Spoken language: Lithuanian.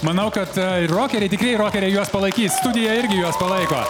manau kad rokeriai tikrieji rokeriai juos palaikys studija irgi juos palaiko